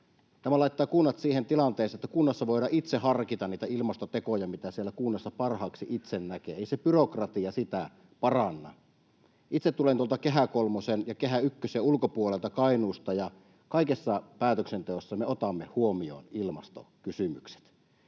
Tämä laittaa kunnat siihen tilanteeseen, että kunnassa voidaan itse harkita niitä ilmastotekoja, mitä siellä kunnassa parhaaksi itse nähdään. Ei se byrokratia sitä paranna. Itse tulen tuolta Kehä kolmosen ja Kehä ykkösen ulkopuolelta Kainuusta, ja kaikessa päätöksenteossa me otamme huomioon ilmastokysymykset.